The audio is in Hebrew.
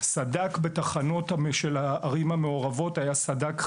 הסד"כ בתחנות בערים המעורבות היה סד"כ חסר,